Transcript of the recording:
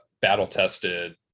battle-tested